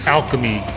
Alchemy